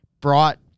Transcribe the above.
brought